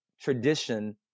tradition